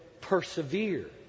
persevere